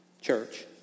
church